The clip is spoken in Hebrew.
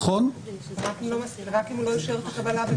נכון< רק אם הוא לא אישר את הקבלה.